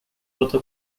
votre